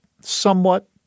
somewhat